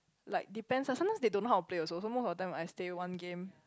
like depend sometimes they don't know how to play also some more the time I stay one game